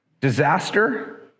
disaster